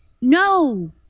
no